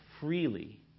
freely